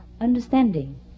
understanding